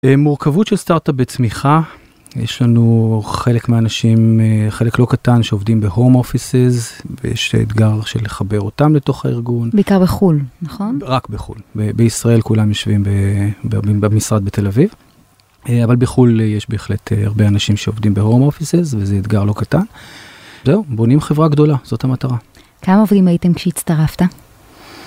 מורכבות של סטארט-אפ בצמיחה, יש לנו חלק מהאנשים, חלק לא קטן שעובדים בהום אופיסס, ויש אתגר של לחבר אותם לתוך הארגון. בעיקר בחו"ל, נכון? רק בחו"ל. בישראל כולם יושבים במשרד בתל אביב, אבל בחו"ל יש בהחלט הרבה אנשים שעובדים בהום אופיסס, וזה אתגר לא קטן. זהו, בונים חברה גדולה, זאת המטרה. כמה עוברים הייתם כשהצטרפת?